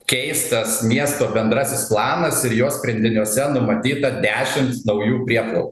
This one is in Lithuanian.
keistas miesto bendrasis planas ir jo sprendiniuose numatyta dešimt naujų prieplaukų